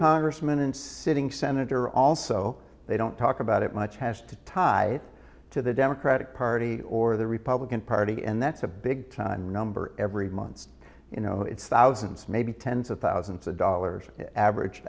congressman and sitting senator also they don't talk about it much has to tie to the democratic party or the republican party and that's a big number every month you know it's thousands maybe tens of thousands of dollars average